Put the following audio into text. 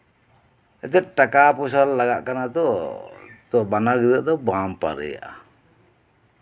ᱡᱮ ᱴᱟᱠᱟ ᱯᱚᱭᱥᱟ ᱞᱟᱜᱟᱜ ᱠᱟᱱᱟ ᱛᱚ ᱛᱚ ᱵᱟᱱᱟᱨ ᱜᱤᱫᱽᱨᱟᱹ ᱟᱜ ᱫᱚ ᱵᱟᱢ ᱯᱟᱨᱮᱭᱟᱜᱼᱟ